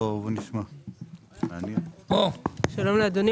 שלום לאדוני,